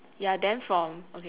ya then from okay